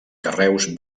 carreus